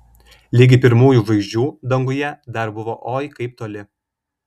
ligi pirmųjų žvaigždžių danguje dar buvo oi kaip toli